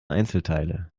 einzelteile